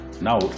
now